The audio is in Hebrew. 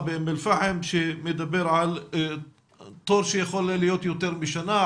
באום אל-פאחם שמדבר על תור שיכול להיות יותר משנה,